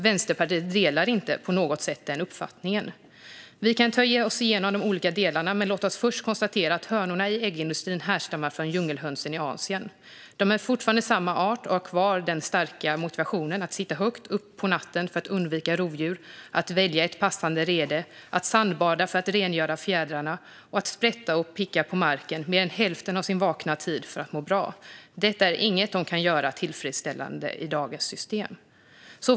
Vänsterpartiet delar inte på något sätt den uppfattningen. Vi kan ta oss igenom de olika delarna. Men låt oss först konstatera att hönorna i äggindustrin härstammar från djungelhönsen i Asien. De är fortfarande samma art och har kvar den starka motivationen att sitta högt upp på natten för att undvika rovdjur, att välja ett passande rede, att sandbada för att rengöra fjädrarna och att sprätta och picka på marken mer än hälften av sin vakna tid för att må bra. Inget av det kan de göra på ett tillfredsställande sätt med dagens system.